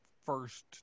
first